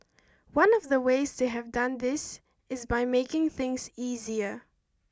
one of the ways they have done this is by making things easier